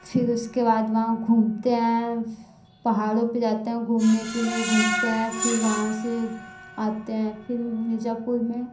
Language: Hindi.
फिर उसके बाद वहाँ घूमते हैं पहाड़ो पर जाते हैं घूमने के लिए घूमते हैं फिर वहाँ से आते हैं फिर मिर्ज़ापुर में